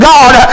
God